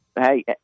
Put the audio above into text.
hey